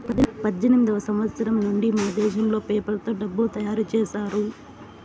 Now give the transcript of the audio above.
పద్దెనిమిదివ సంవచ్చరం నుండి మనదేశంలో పేపర్ తో డబ్బులు తయారు చేశారు